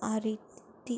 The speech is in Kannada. ಆ ರೀತಿ